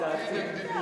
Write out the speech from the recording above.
לדעתי.